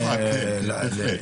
בשמחה, בהחלט.